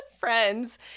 friends